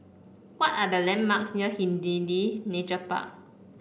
what are the landmarks near Hindhede Nature Park